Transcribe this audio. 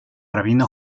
rabino